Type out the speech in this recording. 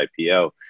IPO